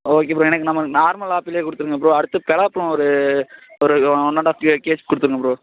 okay bro எனக்கு நமக்கு normal ஆப்பிளே கொடுத்துருங்க ப்ரோ அடுத்து பலாப்பலம் ஒரு ஒரு one and half k kg கொடுத்துருங்க ப்ரோ